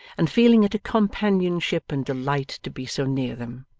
and feeling it a companionship and delight to be so near them.